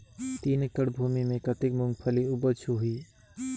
तीन एकड़ भूमि मे कतेक मुंगफली उपज होही?